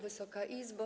Wysoka Izbo!